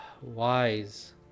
...wise